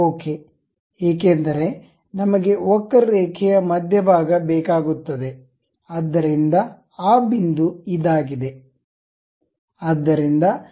K ಏಕೆಂದರೆ ನಮಗೆ ವಕ್ರರೇಖೆಯ ಮಧ್ಯಭಾಗ ಬೇಕಾಗುತ್ತದೆ ಆದ್ದರಿಂದ ಆ ಬಿಂದು ಇದಾಗಿದೆ